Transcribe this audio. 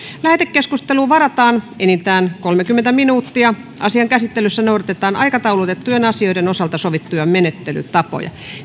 lähetekeskusteluun varataan enintään kolmekymmentä minuuttia asian käsittelyssä noudatetaan aikataulutettujen asioiden osalta sovittuja menettelytapoja